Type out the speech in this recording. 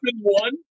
one